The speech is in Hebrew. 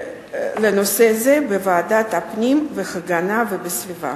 בוועדת הפנים והגנת הסביבה.